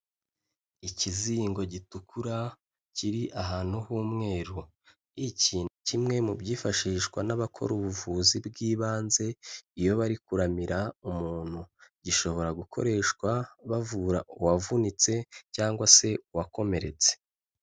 Ikizingo gitukura kiri ahantu h'umweru, ikintu ni kimwe mu byifashishwa n'abakora ubuvuzi bw'ibanze iyo bari kuramira umuntu, gishobora gukoreshwa bavura uwavunitse cyangwa se uwakomeretse.